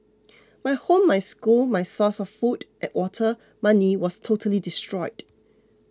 my home my school my source of food water money was totally destroyed